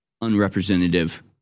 unrepresentative